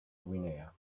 guinea